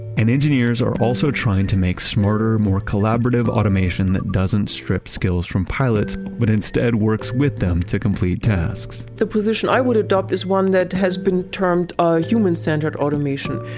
and engineers are also trying to make smarter, more collaborative automation that doesn't strip skills from pilots, but instead works with them to complete tasks the position i would adopt is one that has been termed human-centered automation,